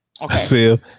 Okay